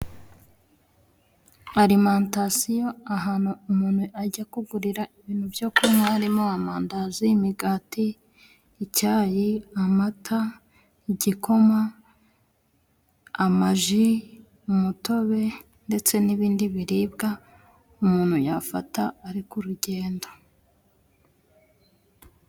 Arimantasiyo ahantu umuntu ajya kugurira ibintu byo kunywa harimo amandazi, imigati, icyayi, amata ,igikoma, amaji, umutobe, ndetse n'ibindi biribwa umuntu yafata ari ku rugendo.